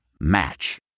Match